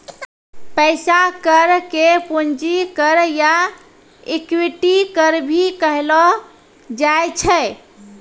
पैसा कर के पूंजी कर या इक्विटी कर भी कहलो जाय छै